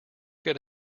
get